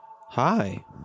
Hi